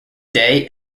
day